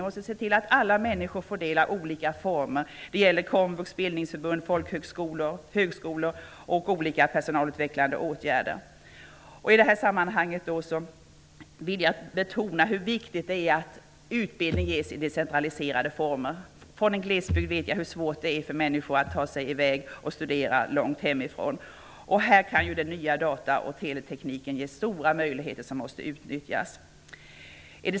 Vi måste se till att alla människor får del av olika former: komvux, bildningsförbund, folkhögskolor, högskolor och olika personalutvecklande åtgärder. I detta sammanhang vill jag betona hur viktigt det är att utbildning ges i decentraliserade former. Från en glesbygd vet jag hur svårt det är för människor att ta sig i väg och studera långt hemifrån. Här kan den nya data och teletekniken ge stora möjligheter som måste utnyttjas.